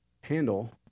handle